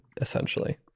Essentially